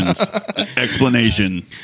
explanation